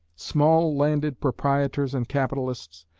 small landed proprietors and capitalists,